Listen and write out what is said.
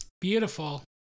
beautiful